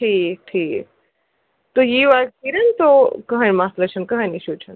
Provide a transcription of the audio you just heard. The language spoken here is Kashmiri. ٹھیٖک ٹھیٖک تۄہہِ یِیِو اکہِ پھِرٮ۪ن تو کٕہٕنۍ مسلہٕ چھُنہٕ کٕہِنۍ اِشوٗ چھُنہٕ